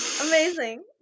Amazing